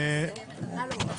אני מסירה את הרוויזיה.